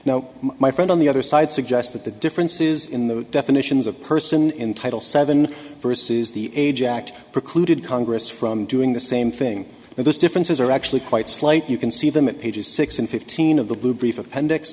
no my friend on the other side suggests that the differences in the definitions of person in title seven vs the age act precluded congress from doing the same thing and those differences are actually quite slight you can see them in pages six and fifteen of the blue brief appendix